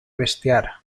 bestiar